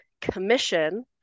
commission